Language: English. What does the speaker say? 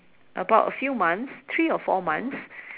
about a few months three or four months